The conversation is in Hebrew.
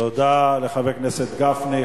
תודה לחבר הכנסת גפני.